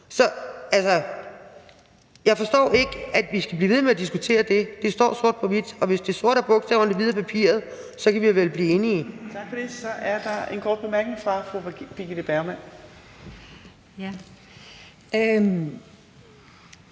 Så jeg forstår ikke, at vi skal blive ved med at diskutere det. Det står sort på hvidt, og hvis det sorte er bogstaverne, og det hvide er papiret, så kan vi vel blive enige. Kl. 18:23 Fjerde næstformand (Trine Torp): Tak for